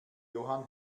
johann